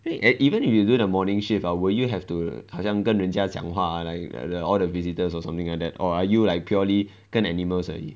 eh even if you do the morning shift ah will you have to 好像跟人家讲话 like the all the visitors or something like that or are you like purely 跟 animals 而已